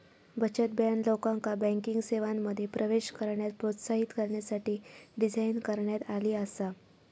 बचत बँक, लोकांका बँकिंग सेवांमध्ये प्रवेश करण्यास प्रोत्साहित करण्यासाठी डिझाइन करण्यात आली आसा